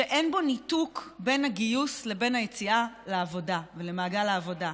אין בו ניתוק בין הגיוס לבין היציאה למעגל העבודה.